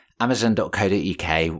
amazon.co.uk